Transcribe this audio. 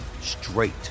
straight